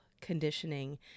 conditioning